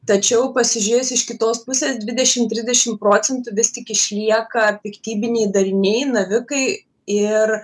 tačiau pasižiūrėjus iš kitos pusės dvidešim trisdešim procentų vis tik išlieka piktybiniai dariniai navikai ir